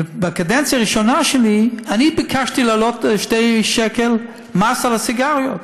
בקדנציה הראשונה שלי אני ביקשתי להעלות שני שקלים מס על הסיגריות.